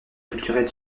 culturel